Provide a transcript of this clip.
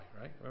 right